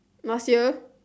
last year